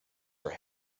are